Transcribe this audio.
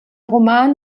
roman